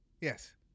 Yes